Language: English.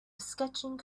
sketching